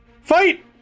Fight